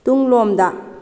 ꯇꯨꯡꯂꯣꯝꯗ